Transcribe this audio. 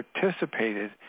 participated